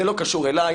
זה לא קשור אלי,